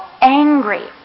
angry